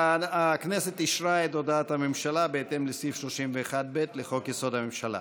הכנסת אישרה את הודעת הממשלה בהתאם לסעיף 31(ב) לחוק-יסוד: הממשלה.